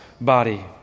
body